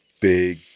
big